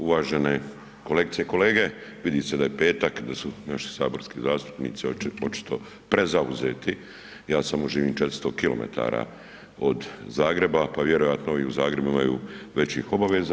Uvažene kolegice i kolege, vidi se da je petak, da su naši saborski zastupnici očito prezauzeti, ja samo živim 400 km od Zagreba pa vjerojatno i u Zagrebu imaju većih obaveza.